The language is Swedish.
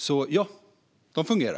Ja - de fungerar!